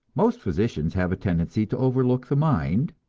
most physicians have a tendency to overlook the mind,